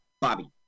Bobby